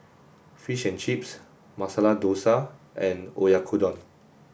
Fish and Chips Masala Dosa and Oyakodon